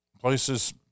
places